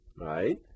right